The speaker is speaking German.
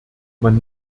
man